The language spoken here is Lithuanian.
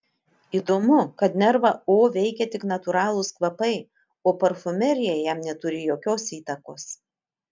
įdomu kad nervą o veikia tik natūralūs kvapai o parfumerija jam neturi jokios įtakos